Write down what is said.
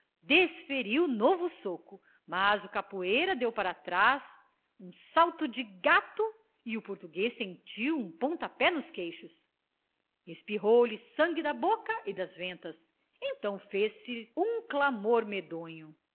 furioso desferiu novo soco mas o capoeira deu para trás um salto de gato e o português sentiu um pontapé nos queixos espirrou lhe sangue da boca e das ventas então fez-se um clamor medonho